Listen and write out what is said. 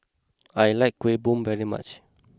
I like Kuih Bom very much